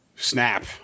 Snap